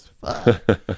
Fuck